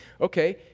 Okay